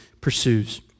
pursues